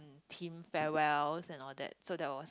team farewell and all that so that was